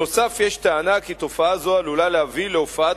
נוסף על כך יש טענה כי תופעה זו עלולה להביא להופעת